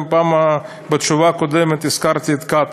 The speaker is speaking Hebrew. בתשובה הקודמת הזכרתי גם את קטאר,